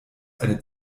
eine